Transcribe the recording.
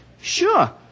Sure